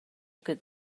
good